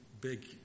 big